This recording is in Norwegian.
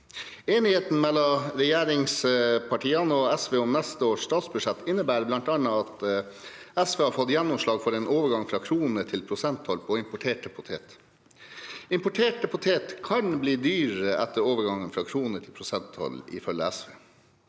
Enigheten mellom regjeringspartiene og SV om neste års statsbudsjett innebærer bl.a. at SV har fått gjennomslag for en overgang fra krone- til prosenttoll på importert potet. Importert potet kan bli dyrere etter overgangen fra krone- til prosenttoll, ifølge SV.